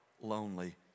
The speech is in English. lonely